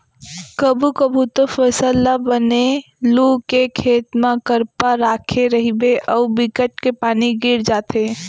कभू कभू तो फसल ल बने लू के खेत म करपा राखे रहिबे अउ बिकट के पानी गिर जाथे